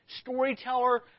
storyteller